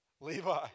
Levi